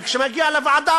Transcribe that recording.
וכשזה מגיע לוועדה,